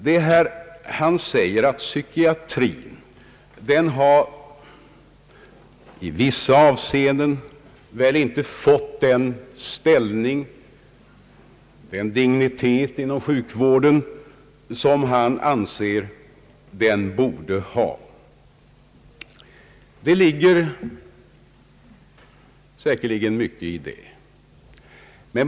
Han sade bland annat att psykiatrin i vissa avseenden inte har fått riktigt den dignitet inom sjukvården som han anser den borde ha. Det ligger säkerligen mycket i detta yttrande.